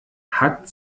hat